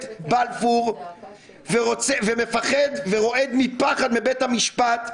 בלפור ומפחד ורועד מפחד מבית המשפט,